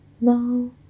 Now